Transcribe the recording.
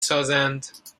سازند